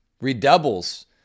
redoubles